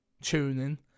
tuning